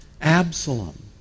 Absalom